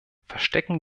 verstecken